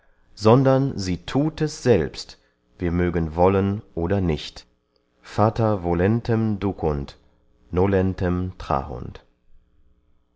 sondern sie thut es selbst wir mögen wollen oder nicht fata volentem ducunt